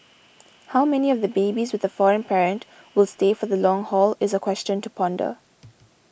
how many of the babies with a foreign parent will stay for the long haul is a question to ponder